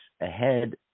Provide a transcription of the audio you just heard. ahead